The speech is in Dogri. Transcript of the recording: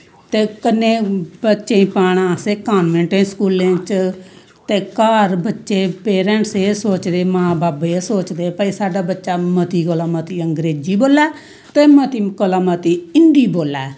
ते कन्नै बच्चेंई पाना असें कॉन्वैंट स्कूलें च ते घर बच्चे पेरैंटस एह् सोचदे मां बब्ब एह् सोचदे भाई साढ़ा बच्चा मती कोला मती अंग्रेजी बोल्लै ते मती कोला मती हिन्दी बोल्लै